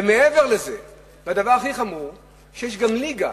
מעבר לזה, הדבר הכי חמור הוא שיש גם "ליגה"